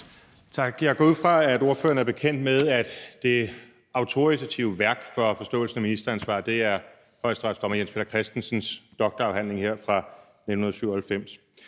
Tak. Jeg går ud fra, at ordføreren er bekendt med, at det autoritative værk for forståelsen af ministeransvar er højesteretsdommer Jens Peter Christensens doktorafhandling fra 1997.